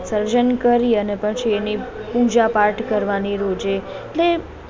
સર્જન કરી અને પછી એની પૂજા પાઠ કરવાની રોજે એટલે